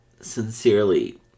sincerely